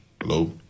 Hello